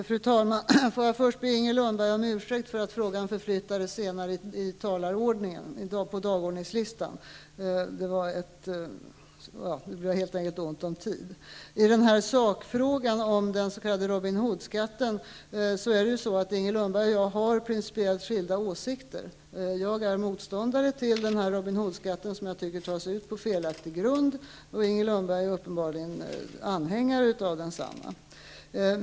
Fru talman! Jag ber först Inger Lundberg om ursäkt för att frågan flyttades ner på föredragningslistan. Det berodde på tidbrist. När det gäller Robin Hood-skatten har Inger Lundberg och jag principiellt skilda åsikter. Jag är motståndare till denna skatt som jag tycker tas ut på felaktig grund, med Inger Lundberg uppenbarligen är anhängare av densamma.